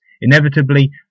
Inevitably